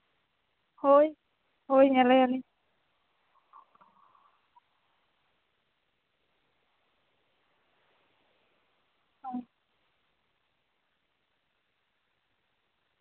ᱦᱳᱭ ᱦᱳᱭ ᱧᱮᱞᱮᱭᱟᱹᱧ ᱦᱳᱭ